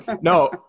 No